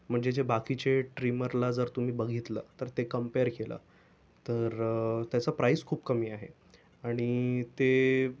म्हणजे जे बाकीचे ट्रिमरला जर तुम्ही बघितलं तर ते कम्पेअर केलं तर त्याचं खूप प्राईस खूप कमी आहे आणि ते